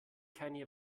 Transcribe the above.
keinen